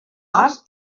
març